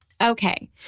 okay